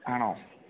ആണോ